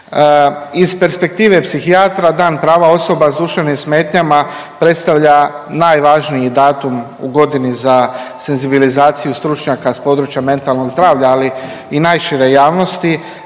Iz perspektive psihijatra Dan prava osoba s duševnim smetnjama predstavlja najvažniji datum u godini za senzibilizaciju stručnjaka s područja mentalnog zdravlja, ali i najšire javnosti